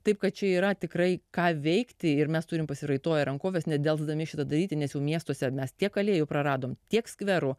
taip kad čia yra tikrai ką veikti ir mes turim pasiraitoję rankoves nedelsdami šitą daryti nes jau miestuose mes tiek alėjų praradom tiek skverų